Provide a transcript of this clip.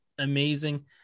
amazing